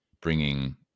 bringing